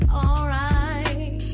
alright